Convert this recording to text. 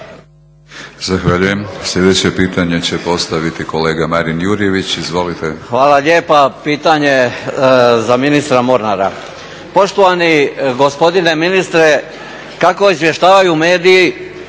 Zahvaljujem. Sljedeće pitanje će postaviti kolega Marin Jurjević, izvolite. **Jurjević, Marin (SDP)** Hvala lijepa. Pitanje je za ministra Mornara. Poštovani gospodine ministre kako izvještavaju mediji